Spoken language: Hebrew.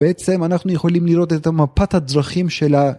בעצם אנחנו יכולים לראות את המפת הדרכים של ה...